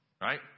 Right